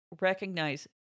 recognize